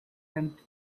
and